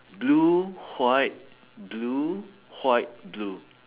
blue white blue white blue